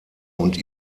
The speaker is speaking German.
und